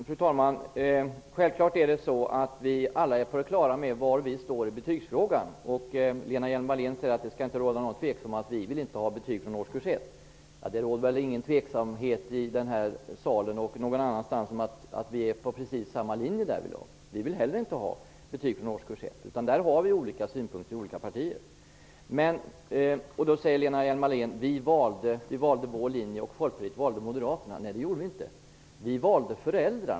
Fru talman! Det är självfallet att vi alla är på det klara med var vi står i betygsfrågan. Lena Hjelm Wallén säger att det inte skall råda någon tveksamhet om att vi inte vill ha betyg från årskurs 1. Det råder väl ingen tveksamhet i den här salen eller någon annanstans att vi därvidlag följer samma linje. Vi vill inte heller ha betyg från årskurs 1. På den punkten har vi olika synpunkter i olika partier. Lena Hjelm-Wallén sade att Socialdemokraterna valde sin linje och att Folkpartiet valde Moderaternas linje. Det gjorde vi inte.